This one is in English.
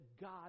God